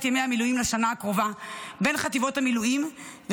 ימי המילואים בין חטיבות המילואים לשנה הקרובה,